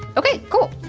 ok, cool,